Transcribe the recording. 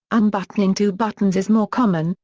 unbuttoning two buttons is more common,